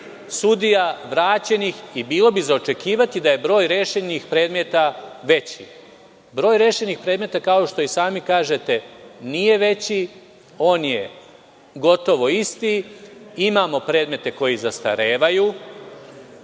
sudija vraćenih i bilo bi za očekivati da je broj rešenih predmeta veći. Broj rešenih predmeta kao što i sami kažete nije veći, on je gotovo isti, imamo predmete koji zastarevaju.